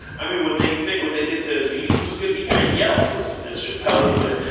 i mean, what they you think what they did to aziz was good? he got yelped, as as chappelle would put it.